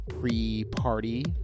pre-party